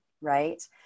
Right